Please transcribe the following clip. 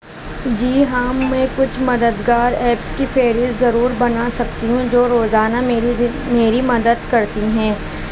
جی ہاں میں کچھ مددگار ایپس کی فہریست ضرور بنا سکتی ہوں جو روزانہ میری میری مدد کرتی ہیں